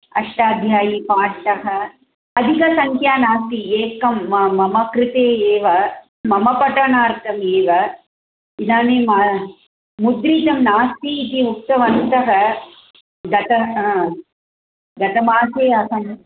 अष्टाध्यायीपाठः अधिकसङ्ख्या नास्ति एकं मा मम कृते एव मम पठनार्थम् एव इदानीं मुद्रितं नास्ति इति उक्तवन्तः गत हा गतमासे अहं